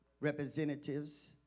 representatives